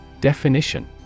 Definition